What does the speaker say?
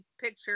picture